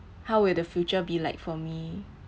how will the future be like for me